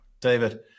David